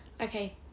Okay